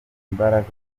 imbaraga